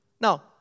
Now